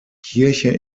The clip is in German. kirche